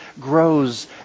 grows